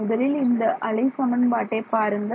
முதலில் இந்த அலை சமன்பாட்டை பாருங்கள்